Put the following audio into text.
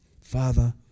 Father